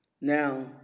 now